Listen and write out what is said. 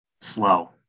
slow